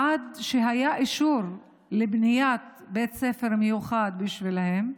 עד שהיה אישור לבניית בית ספר מיוחד בשבילם,